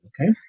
okay